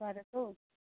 बाह्र सौ